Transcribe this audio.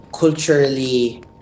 Culturally